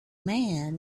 man